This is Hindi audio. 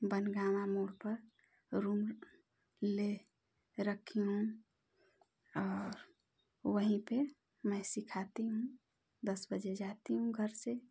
बंगावा मोड़ पर रूम ले रखी हूँ और वही पे मैं सिखाती हूँ दस बजे जाती हूँ घर से